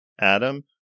Adam